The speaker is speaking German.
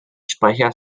sprecher